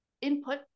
input